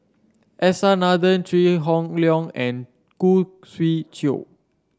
S R Nathan Chew Hock Leong and Khoo Swee Chiow